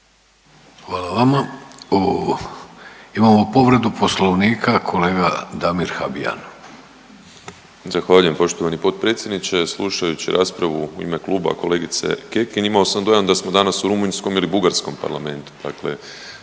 Hvala vama. Imamo povredu Poslovnika kolega Damir Habijan. **Habijan, Damir (HDZ)** Zahvaljujem poštovani potpredsjedniče. Slušajući raspravu u ime kluba kolegice Kekin imao sam dojam da smo danas u rumunjskom ili bugarskom Parlamentu,